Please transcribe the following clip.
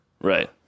Right